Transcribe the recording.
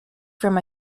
from